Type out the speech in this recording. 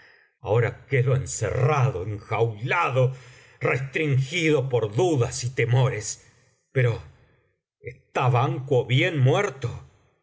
ahora quedo encerrado enjaulado restringido por dudas y temores pero está banquo bien muerto